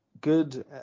good